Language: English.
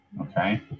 Okay